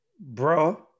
bro